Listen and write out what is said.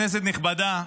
כנסת נכבדה,